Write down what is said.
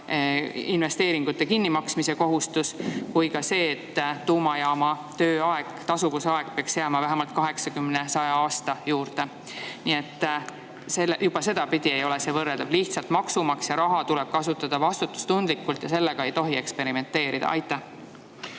investeeringute kinnimaksmise kohustus ning tuumajaama tööaeg, tasuvusaeg peaks jääma 80–100 aasta juurde. Nii et juba sedapidi ei ole see võrreldav. Lihtsalt, maksumaksja raha tuleb kasutada vastutustundlikult ja sellega ei tohi eksperimenteerida. Aitäh!